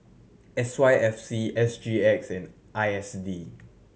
S Y F C S G X and I S D